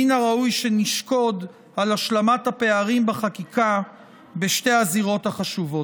מן הראוי שנשקוד על השלמת הפערים בחקיקה בשתי הזירות החשובות.